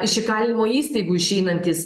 iš įkalinimo įstaigų išeinantys